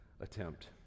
attempt